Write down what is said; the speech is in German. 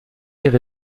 ihre